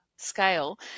scale